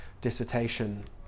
dissertation